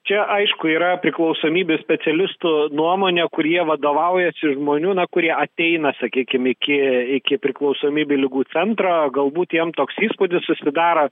čia aišku yra priklausomybių specialistų nuomonė kur jie vadovaujasi žmonių kurie ateina sakykim iki iki priklausomybių ligų centro galbūt jiem toks įspūdis susidaro